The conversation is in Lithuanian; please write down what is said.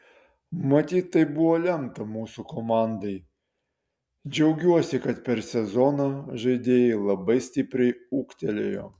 matyt taip buvo lemta mūsų komandai džiaugiuosi kad per sezoną žaidėjai labai stipriai ūgtelėjo